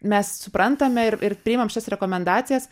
mes suprantame ir priimam šitas rekomendacijas